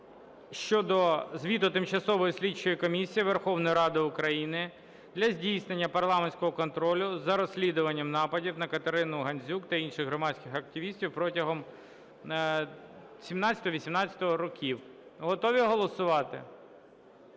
щодо звіту Тимчасової слідчої комісії Верховної Ради України для здійснення парламентського контролю за розслідуванням нападів на Катерину Гандзюк та інших громадських активістів протягом 2017-2018 років. Готові голосувати?